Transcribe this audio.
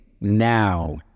now